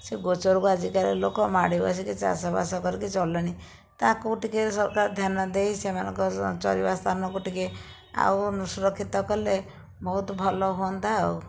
ସେ ଗୋଚରକୁ ଆଜିକାଲି ଲୋକ ମାଡ଼ି ବସିକି ଚାଷବାସ କରିକି ଚଳିଲେଣି ତାକୁ ଟିକିଏ ସରକାର ଧ୍ୟାନ ଦେଇ ସେମାନଙ୍କର ଚରିବା ସ୍ଥାନକୁ ଟିକିଏ ଆଉ ନୁସରକ୍ଷିତ କଲେ ବହୁତ ଭଲ ହୁଅନ୍ତା ଆଉ